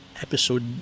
episode